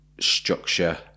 structure